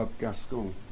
Gascon